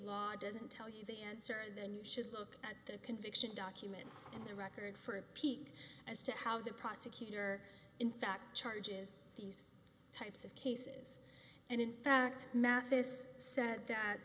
law doesn't tell you the answer then you should look at the conviction documents in the record for a peek as to how the prosecutor in fact charges the types of cases and in fact mathis sat that